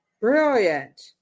Brilliant